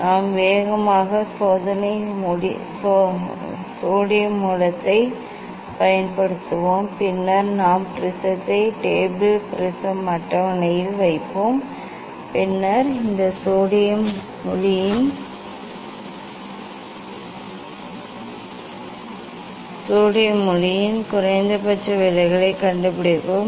நாம் வேகமான சோடியம் மூலத்தைப் பயன்படுத்துவோம் பின்னர் நாம் ப்ரிஸத்தை டேபிள் ப்ரிஸம் அட்டவணையில் வைப்போம் பின்னர் இந்த சோடியம் ஒளியின் குறைந்தபட்ச விலகலைக் கண்டுபிடிப்போம்